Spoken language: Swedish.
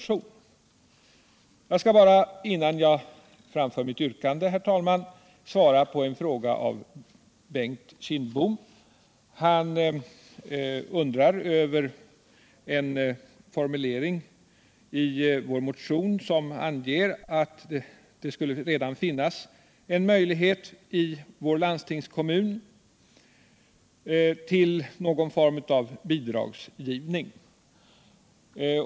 Innan jag framför mitt yrkande skall jag så svara på en fråga av Bengt Kindbom. Han undrar över en formulering i vår motion som anger att det redan skulle finnas möjlighet i vår landstingskommun till någon form av bidragsgivning.